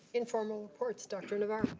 informal reports. dr. navarro.